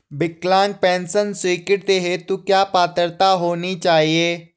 विकलांग पेंशन स्वीकृति हेतु क्या पात्रता होनी चाहिये?